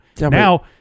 Now